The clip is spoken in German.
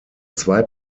zwei